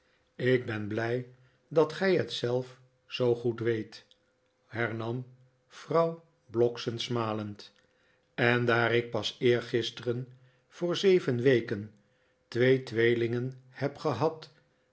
ik ben blij dat gij net zelf zoo goed weet hernam vrouw blockson smalend en daar ik pas eergisteren voor zeven weken twee tweelingen heb gehad